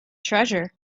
treasure